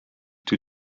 toe